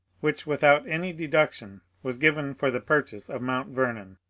which without any deduction was given for the purchase of mount vernon.